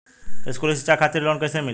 स्कूली शिक्षा खातिर लोन कैसे मिली?